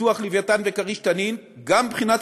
לפתוח "לווייתן" ו"כריש-תנין" גם מבחינת